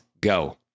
go